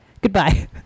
Goodbye